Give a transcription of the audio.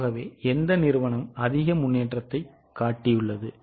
ஆகவே எந்த நிறுவனம் அதிக முன்னேற்றத்தைக் காட்டியுள்ளது